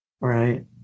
Right